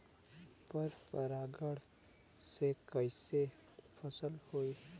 पर परागण से कईसे फसल होई?